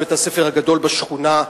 בית-הספר הגדול בשכונה,